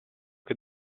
che